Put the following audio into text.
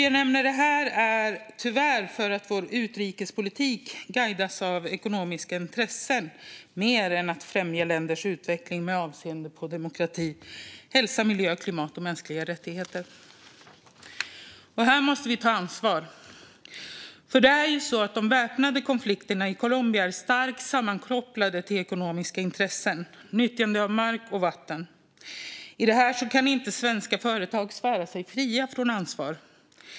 Jag nämner det här för att vår utrikespolitik tyvärr mer guidas av ekonomiska intressen än av att främja länders utveckling med avseende på demokrati, hälsa, miljö, klimat och mänskliga rättigheter. Här måste vi ta ansvar, för de väpnade konflikterna i Colombia är starkt sammankopplade till ekonomiska intressen, nyttjande av mark och vatten. Här kan inte svenska företag svära sig fria från ansvar.